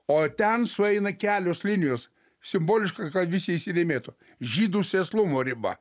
o ten sueina kelios linijos simboliška kad visi įsidėmėtų žydų sėslumo riba